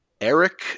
Eric